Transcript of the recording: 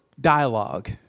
dialogue